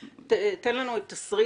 תן לנו את תסריט